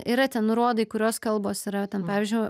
yra ten nurodai kurios kalbos yra ten pavyzdžiui